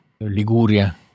Liguria